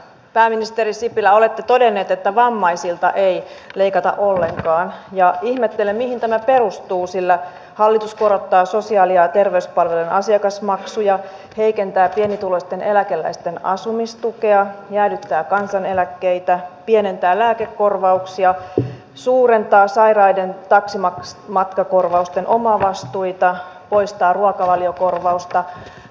pääministeri sipilä olette todennut että vammaisilta ei leikata ollenkaan ja ihmettelen mihin tämä perustuu sillä hallitus korottaa sosiaali ja terveyspalvelujen asiakasmaksuja heikentää pienituloisten eläkeläisten asumistukea jäädyttää kansaneläkkeitä pienentää lääkekorvauksia suurentaa sairaiden taksimatkakorvausten omavastuita poistaa ruokavaliokorvausta